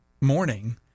morning